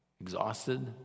exhausted